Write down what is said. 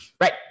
Right